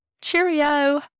Cheerio